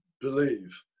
believe